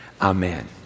Amen